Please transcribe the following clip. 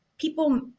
People